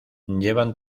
llevan